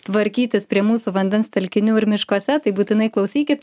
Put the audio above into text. tvarkytis prie mūsų vandens telkinių ir miškuose tai būtinai klausykit